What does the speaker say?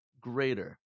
greater